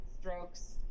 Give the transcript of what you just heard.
strokes